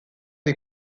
des